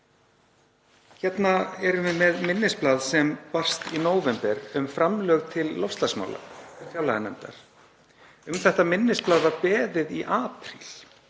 Hérna erum við með minnisblað sem barst til fjárlaganefndar í nóvember um framlög til loftslagsmála. Um þetta minnisblað var beðið í apríl.